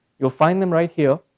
you'll find them right here,